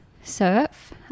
surf